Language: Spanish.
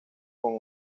con